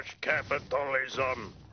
Capitalism